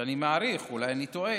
שאני מעריך, אולי אני טועה,